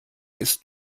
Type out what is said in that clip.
ist